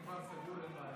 אם כבר סגור, אין בעיה.